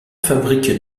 fabrique